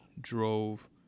drove